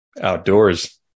Outdoors